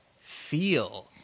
feel